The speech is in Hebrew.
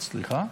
סליחה?